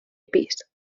pis